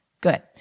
Good